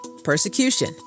persecution